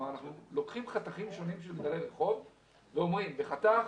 אנחנו לוקחים חתכים שונים של רחוב ואומרים שבחתך